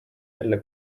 jälle